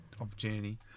opportunity